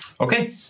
okay